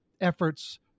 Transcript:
efforts